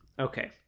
Okay